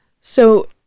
So-